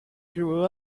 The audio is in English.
grew